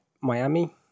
Miami